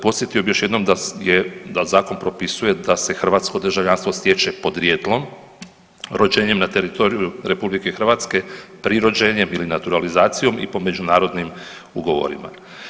Podsjetio bih još jednom da zakon propisuje da se hrvatsko državljanstvo stječe podrijetlom, rođenjem na teritoriju RH, prirođenjem ili naturalizacijom i po međunarodnim ugovorima.